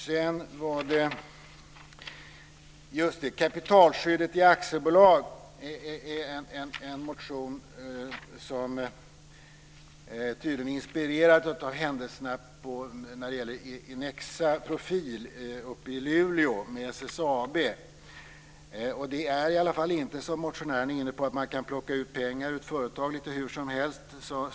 Det finns en motion om kapitalskyddet i aktiebolag där man tydligen har inspirerats av händelserna vid Inexa Profil uppe i Luleå och SSAB. Det är inte som motionären är inne på och verkar tro - att man kan plocka ut pengar ur ett företag lite hur som helst.